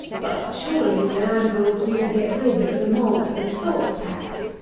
but, surely, the landlords mean to get rid of the malt and salt tax!